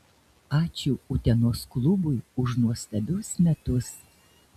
ačiū utenos klubui už nuostabius metus